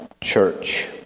church